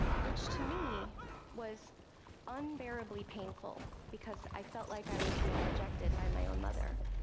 which to me was unbearably painful because i felt like i was being rejected by my own mother.